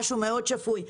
משהו שפוי מאוד.